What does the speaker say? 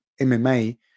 MMA